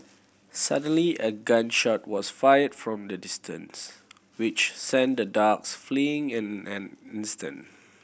suddenly a gun shot was fired from a distance which sent the dogs fleeing in an instant